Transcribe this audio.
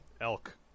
Elk